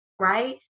right